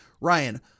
Ryan